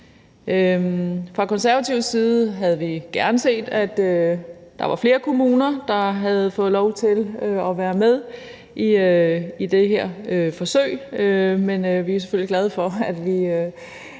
Fra konservativ side havde vi gerne set, at der var flere kommuner, der havde fået lov til at være med i det her forsøg, men vi er selvfølgelig glade for, at vi